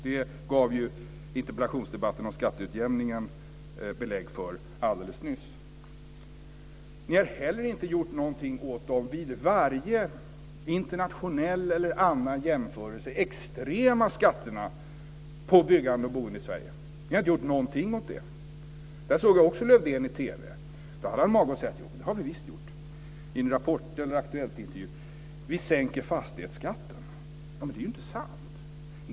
Det gav ju interpellationsdebatten om skatteutjämningen belägg för alldeles nyss. Ni har inte heller gjort någonting åt de vid varje internationell eller annan jämförelse extrema skatterna på byggande och boende i Sverige. Ni har inte gjort någonting åt det. Där såg jag också en gång Lövdén i TV. Då hade han mage att säga: Jo, det har vi visst gjort. Det var i en Rapport eller Aktuelltintervju. Han sade: Vi sänker fastighetsskatten. Men det är ju inte sant!